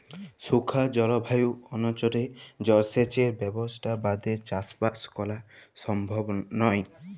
শুখা জলভায়ু অনচলে জলসেঁচের ব্যবসথা বাদে চাসবাস করা সমভব লয়